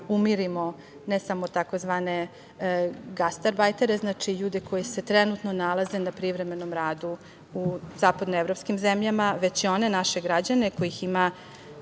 umirimo ne samo tzv. gastarbajtere, ljude koji se trenutno nalaze na privremenom radu u zapadnoevropskim zemljama, već i one naše građane kojih ima